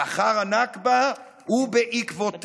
לאחר הנכבה ובעקבותיה.